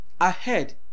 ahead